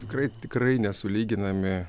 tikrai tikrai nesulyginami